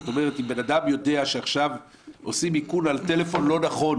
זאת אומרת אם בן אדם יודע שעכשיו עושים איכון על טלפון לא נכון